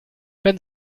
wenn